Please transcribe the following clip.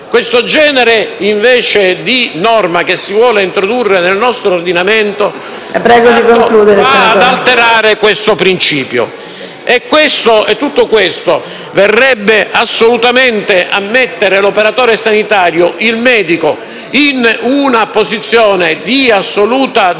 Questo genere di norma che si vuole introdurre nel nostro ordinamento, invece, va ad alterare questo principio e tutto questo verrebbe a mettere l'operatore sanitario o il medico in una posizione di assoluta debolezza,